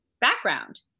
background